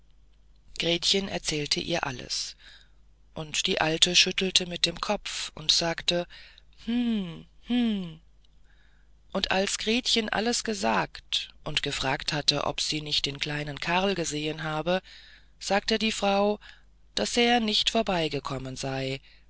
gretchen erzählte ihr alles und die alte schüttelte mit dem kopfe und sagte hm hm und als ihr gretchen alles gesagt und gefragt hatte ob sie nicht den kleinen karl gesehen habe sagte die frau daß er nicht vorbeigekommen sei